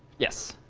yes.